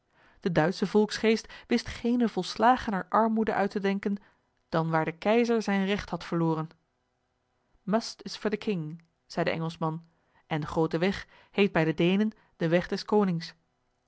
de duitsche volksgeest wist geene volslagener armoede uit te denken dan waar de keizer zijn regt had verloren m u s t i s f o r t h e k i n g zeî de engelschman en de groote weg heet bij de deenen de weg des konings